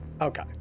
Okay